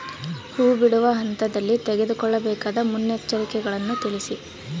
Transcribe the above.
ಹೂ ಬಿಡುವ ಹಂತದಲ್ಲಿ ತೆಗೆದುಕೊಳ್ಳಬೇಕಾದ ಮುನ್ನೆಚ್ಚರಿಕೆಗಳನ್ನು ತಿಳಿಸಿ?